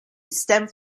stemmed